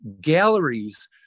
galleries